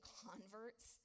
converts